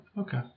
Okay